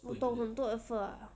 我懂很多 effort ah